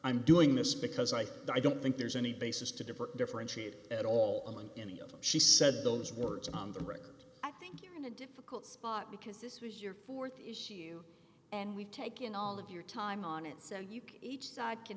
i'm doing this because i don't think there's any basis to depart differentiated at all and any of them she said those words on the record i think you're in a difficult spot because this was your th issue and we've taken all of your time on it so you can each side can